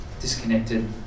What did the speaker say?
disconnected